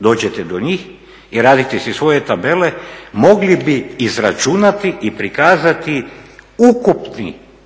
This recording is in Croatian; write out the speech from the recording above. dođete do njih i radite si svoje tabele mogli bi izračunati i prikazati ukupni